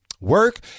work